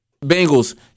Bengals